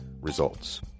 Results